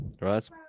right